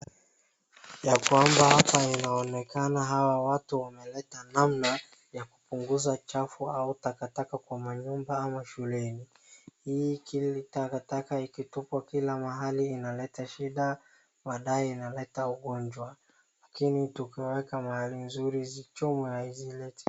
Ya kwamba hapa inaonekana hawa watu wameleta namna, ya kupunguza uchafu au takataka kwa manyumba ama shuleni. Hii takataka ikitupwa kila mahali inaleta shida, baadaye inaleta ugonjwa. Lakini tukiweka mahali mzuri hizi chafu hazileti.